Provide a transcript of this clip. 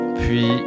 puis